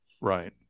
right